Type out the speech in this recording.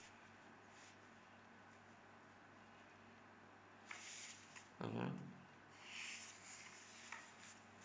mmhmm